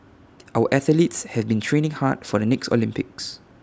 our athletes have been training hard for the next Olympics